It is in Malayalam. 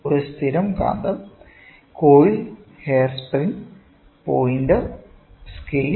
ഒരു സ്ഥിരം കാന്തം coil hair spring pointer scale